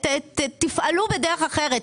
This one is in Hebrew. תפעלו בדרך אחרת,